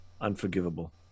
unforgivable